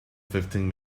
fifteen